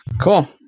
Cool